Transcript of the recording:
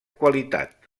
qualitat